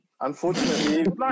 Unfortunately